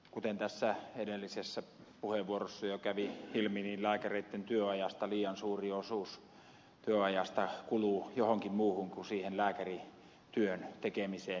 kuten tässä edellisessä puheenvuorossa jo kävi ilmi niin lääkäreitten työajasta liian suuri osuus kuluu johonkin muuhun kuin siihen lääkärityön tekemiseen